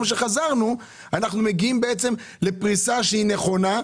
שחזרנו אנחנו מגיעים לפריסה נכונה?